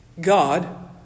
God